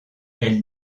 elle